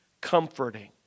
Comforting